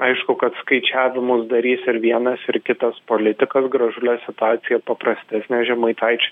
aišku kad skaičiavimus darys ir vienas ir kitas politikas gražulio situacija paprastesnė žemaitaič